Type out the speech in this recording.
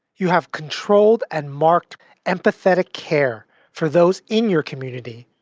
you have controlled and marked empathetic care for those in your community,